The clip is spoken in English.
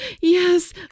yes